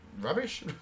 rubbish